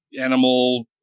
animal